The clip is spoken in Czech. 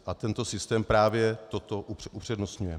A tento systém právě toto upřednostňuje.